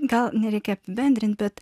gal nereikia apibendrint bet